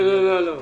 לא, לא...